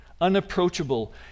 unapproachable